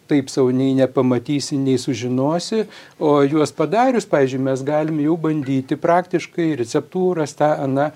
taip sau nei nepamatysi nei sužinosi o juos padarius pavyzdžiui mes galim jau bandyti praktiškai receptūras tą aną